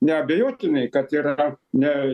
neabejotinai kad yra ne